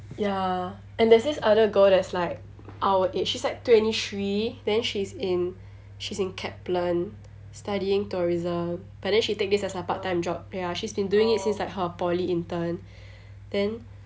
ya and there's this other girl that's like our age she's like twenty three then she's in she's in Kaplan studying tourism but then she take this as a part-time job ya she's been doing it since like her poly intern then